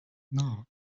now